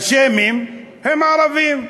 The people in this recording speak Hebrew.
השמים הם הערבים.